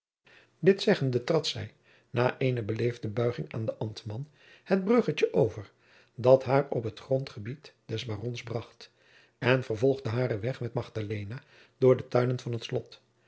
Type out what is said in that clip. dit zeggende trad zij na eene beleefde buiging aan den ambtman het bruggetje over dat haar op het grondgebied des barons bracht en vervolgde haren weg met magdalena door de tuinen van het slot